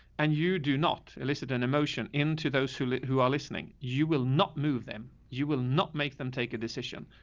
and you do not elicit an emotion into those who like who are listening. you will not move them. you will not make them take a decision.